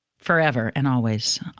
forever and always,